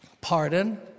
Pardon